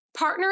Partnering